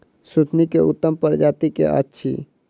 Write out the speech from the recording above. सुथनी केँ उत्तम प्रजाति केँ अछि?